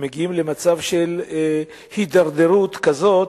והם מגיעים למצב של הידרדרות כזאת,